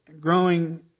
growing